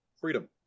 Freedom